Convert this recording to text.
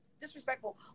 disrespectful